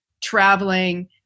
traveling